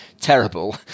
terrible